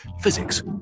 physics